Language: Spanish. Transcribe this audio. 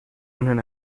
unen